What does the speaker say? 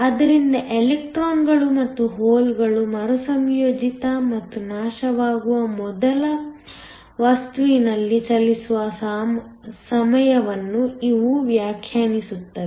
ಆದ್ದರಿಂದ ಎಲೆಕ್ಟ್ರಾನ್ಗಳು ಮತ್ತು ಹೋಲ್ಗಳು ಮರುಸಂಯೋಜಿತ ಮತ್ತು ನಾಶವಾಗುವ ಮೊದಲು ವಸ್ತುವಿನಲ್ಲಿ ಚಲಿಸುವ ಸಮಯವನ್ನು ಇವು ವ್ಯಾಖ್ಯಾನಿಸುತ್ತವೆ